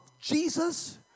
Jesus